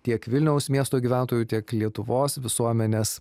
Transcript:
tiek vilniaus miesto gyventojų tiek lietuvos visuomenės